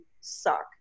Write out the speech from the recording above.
suck